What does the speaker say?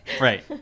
Right